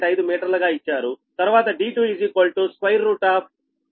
5 మీటర్లు గా ఇచ్చారు తర్వాత d2 428